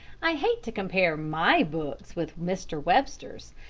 i hate to compare my books with mr. webster's,